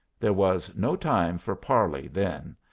there was no time for parley then.